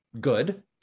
good